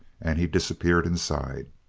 and he disappeared inside.